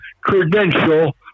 credential